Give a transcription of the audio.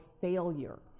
failure